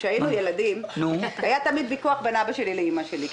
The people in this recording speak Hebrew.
כשהיינו ילדים היה תמיד ויכוח בין אבא שלי לאימא שלי,